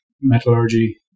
metallurgy